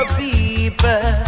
people